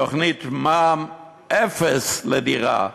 תוכנית מע"מ אפס על דירה,